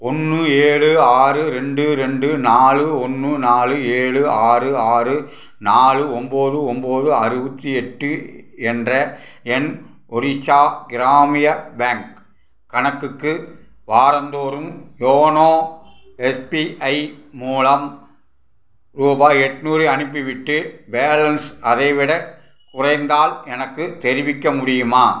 ஒன்று ஏழு ஆறு ரெண்டு ரெண்டு நாலு ஒன்று நாலு ஏழு ஆறு ஆறு நாலு ஒன்போது ஒன்போது அறுபத்தி எட்டு என்ற என் ஒரிசா கிராமிய பேங்க் கணக்குக்கு வாரந்தோறும் யோனோ எஸ்பிஐ மூலம் ரூபாய் எண்நூறு அனுப்பிவிட்டு பேலன்ஸ் அதை விட குறைந்தால் எனக்கு தெரிவிக்க முடியுமா